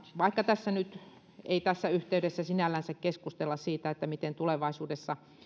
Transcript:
vaikka tässä yhteydessä ei sinällänsä keskustella siitä miten tulevaisuudessa